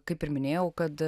kaip ir minėjau kad